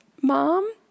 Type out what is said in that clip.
mom